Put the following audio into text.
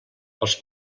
els